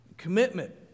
Commitment